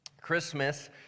Christmas